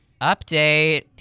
update